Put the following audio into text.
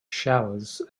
showers